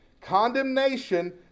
Condemnation